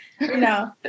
No